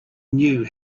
knew